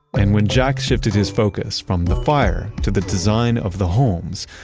and when jack shifted his focus, from the fire to the design of the homes,